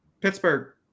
Pittsburgh